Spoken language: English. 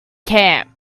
camp